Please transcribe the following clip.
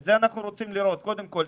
את זה אנחנו רוצים לראות קודם כל,